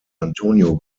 antonio